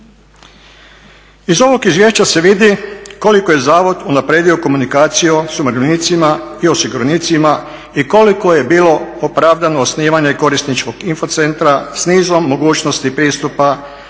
Iz ovog izvješća se vidi koliko je zavod unaprijedio komunikaciju s umirovljenicima i osiguranicima i koliko je bilo opravdano osnivanje korisničkog info centra, s nizom mogućnosti pristupa